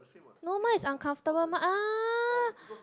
no mine is uncomfortable my ah